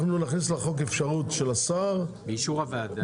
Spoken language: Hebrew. באישור הוועדה.